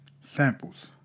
samples